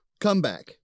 comeback